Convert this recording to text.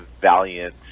valiant